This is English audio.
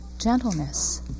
gentleness